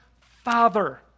Father